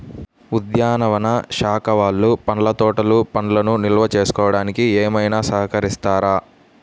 ఉద్యానవన శాఖ వాళ్ళు పండ్ల తోటలు పండ్లను నిల్వ చేసుకోవడానికి ఏమైనా సహకరిస్తారా?